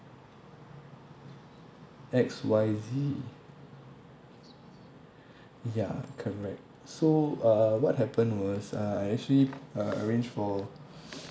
X Y Z ya correct so uh what happened was uh I actually uh arrange for